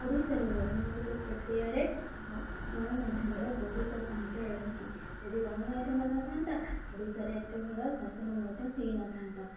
ଓଡ଼ିଶାର ରାଜନୈତିକ ପ୍ରକ୍ରିୟାରେ ଗଣମାଧ୍ୟମର ବହୁତ ଭୂମିକା ରହିଛି ଯଦି ଗଣମାଧ୍ୟମ ନ ଥାନ୍ତା ଓଡ଼ିଶାରେ ଏତେ ଭଲ ଶାସନ ମଧ୍ୟ ହେଇନଥାନ୍ତା